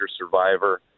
survivor